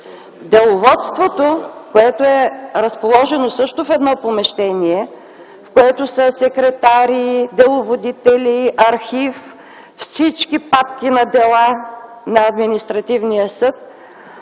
деловодството, което е разположено също в едно помещение, са секретари, деловодители, архив, всички папки на дела на Административния съд